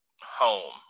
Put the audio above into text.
home